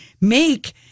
make